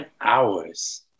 hours